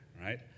right